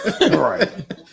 Right